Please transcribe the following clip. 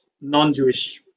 non-Jewish